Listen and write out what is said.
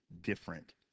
different